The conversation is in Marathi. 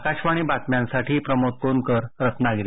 आकाशवाणी बातम्यांसाठी प्रमोद कोनकर रत्नागिरी